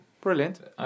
Brilliant